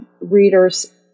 readers